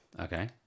Okay